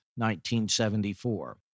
1974